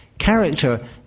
character